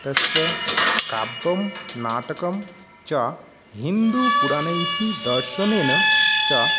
तस्य काव्यं नाटकं च हिन्दुपुराणैः दर्शनेन च